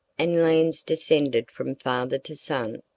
and lands descended from father to son,